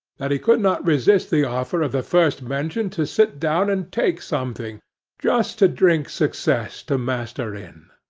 that he could not resist the offer of the first-mentioned to sit down and take something just to drink success to master in.